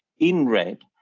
in red,